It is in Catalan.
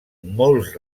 molts